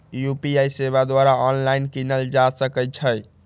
UPI सेवा द्वारा online कीनल जा सकइ छइ